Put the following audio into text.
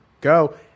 go